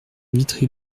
vitry